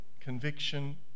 conviction